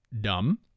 dumb